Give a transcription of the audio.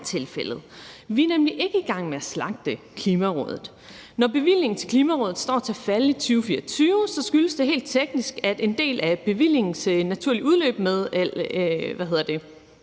Vi er nemlig ikke i gang med at slagte Klimarådet. Når bevillingen til Klimarådet står til at falde i 2024, skyldes det helt teknisk, at der er et naturligt udløb med